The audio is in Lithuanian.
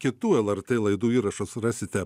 kitų lrt laidų įrašus rasite